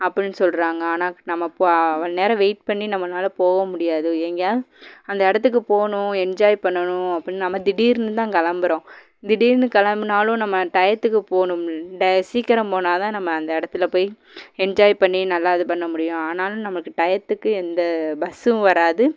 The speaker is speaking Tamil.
அப்படின்னு சொல்கிறாங்க ஆனால் நம்ம பா அவ்வளோ நேரம் வெயிட் பண்ணி நம்மளால போக முடியாது எங்கேயா அந்த இடத்துக்கு போகணும் என்ஜாய் பண்ணணும் அப்படின்னு நம்ம திடீர்னு தான் கிளம்புறோம் திடீர்னு கிளம்புனாலும் நம்ம டையத்துக்கு போகணும் டய சீக்கிரம் போனா தான் நம்ம அந்த இடத்துல போய் என்ஜாய் பண்ணி நல்லா இது பண்ண முடியும் ஆனாலும் நம்மளுக்கு டையத்துக்கு எந்த பஸ்ஸும் வராது